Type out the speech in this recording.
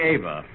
Ava